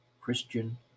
Christian